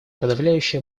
подавляющее